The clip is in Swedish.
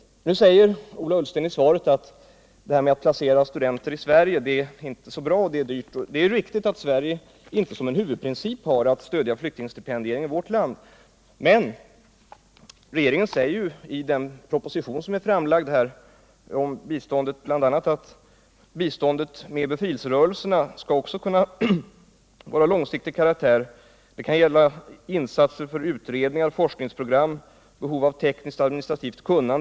Nu säger Ola Ullsten i svaret att placeringen av studenter i Sverige inte är så bra. Det är riktigt att Sverige inte har som huvudprincip att stödja flyktingstipendiater i vårt land, men i den proposition som här är framlagd säger regeringen om biståndet bl.a. att biståndet till befrielserörelserna också skall kunna ha långsiktig karaktär. Det kan gälla insatser för utredningar, forskningsprogram, behov av tekniskt och administrativt kunnande.